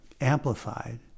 amplified